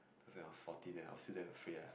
it was when I was fourteen eh I was still afraid ah